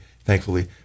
thankfully